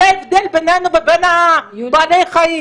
זה ההבדל בינינו לבין בעלי החיים.